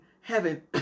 heaven